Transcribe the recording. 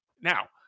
now